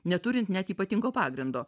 neturint net ypatingo pagrindo